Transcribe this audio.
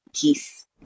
peace